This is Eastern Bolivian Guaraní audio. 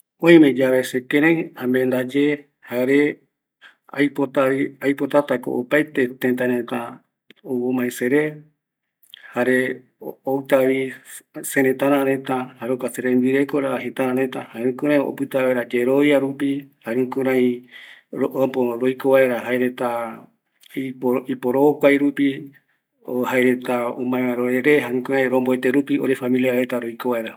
Oime yave sekɨreï amendaye, jarevi aipotatako opaete tëtäreta ou omae sere, jare outavi seretatareta, jare jokua serembirekorava jëtärëreta, jare jukurai opita vaera yerovia rupi, jukurai roiko vaera jaereta iporokuai rupi, jaereta omae vaera orere, jukurai romboete rupi ore familia reta oiko vara